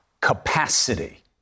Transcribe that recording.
capacity